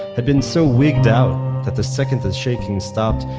had been so wigged out that the second the shaking stopped,